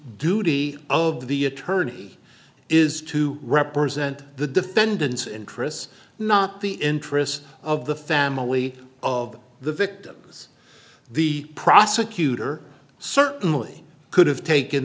duty of the attorney is to represent the defendant's interests not the interests of the family of the victims the prosecutor certainly could have taken